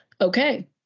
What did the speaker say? okay